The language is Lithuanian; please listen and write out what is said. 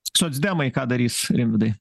socdemai ką darys rimvydai